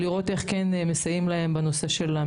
אז אנחנו בודקים איך אנחנו כן יכולים לסייע להם מצד המשטרה,